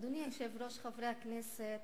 אדוני היושב-ראש, חברי הכנסת,